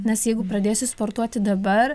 nes jeigu pradėsi sportuoti dabar